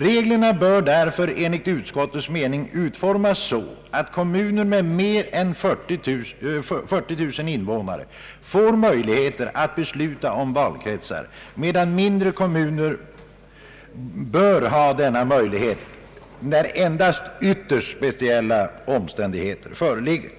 Reglerna bör därför enligt utskottets mening utformas så att kommuner med mer än 40000 invånare får möjlighet att besluta om valkretsar, medan mindre kommuner bör ha denna möjlighet endast när ytterst speciella omständigheter föreligger.